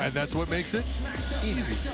and that's what makes it easy.